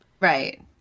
Right